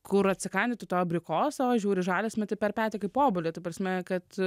kur atsikandi tu to abrikoso žiūri žalias meti per petį kaip obuolį ta prasme kad